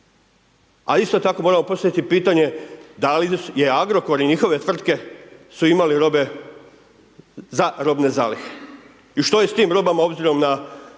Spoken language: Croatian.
A isto tako moramo postaviti pitanje da li je Agrokor i njihove tvrtke su imale robe za robne zalihe i što je s tim robama obzirom na